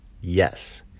yes